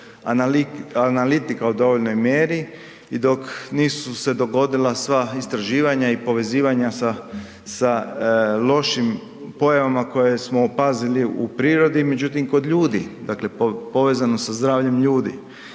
analitika u dovoljnoj mjeri i dok nisu se dogodila sva istraživanja i povezivanja sa lošim pojavama koje smo opazili u prirodi, međutim i kod ljudi, dakle povezano je sa zdravljem ljudi.